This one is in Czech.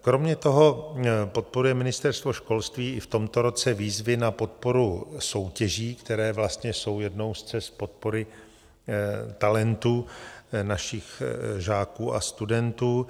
Kromě toho podporuje Ministerstvo školství i v tomto roce výzvy na podporu soutěží, které vlastně jsou jednou z cest podpory talentu našich žáků a studentů.